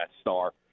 star